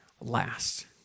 last